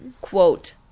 quote